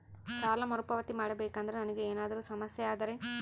ಸಾಲ ಮರುಪಾವತಿ ಮಾಡಬೇಕಂದ್ರ ನನಗೆ ಏನಾದರೂ ಸಮಸ್ಯೆ ಆದರೆ?